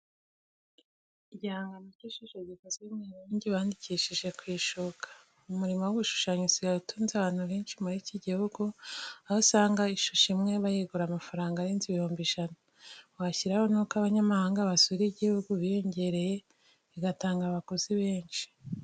Igihangano cy'ishusho gikozwe mu irangi bandikishije ku ishuka. Umurimo wo gushushanya usigaye utunze abantu benshi muri iki gihugu, aho usanga ishusho imwe bayigura amafaranga arenze ibihumbi ijana, washyiraho nuko abanyamahanga basura igihugu biyongereye bigatanga abaguzi benshi.